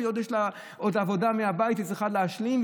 ויש לה עוד עבודה מהבית שהיא צריכה להשלים,